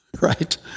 right